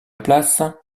place